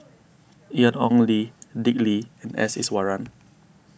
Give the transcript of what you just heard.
Ian Ong Li Dick Lee and S Iswaran